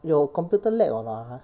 your computer lag or not ha